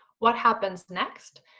what happens next,